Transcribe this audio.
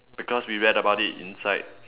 because we read about it inside